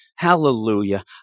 Hallelujah